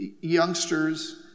youngsters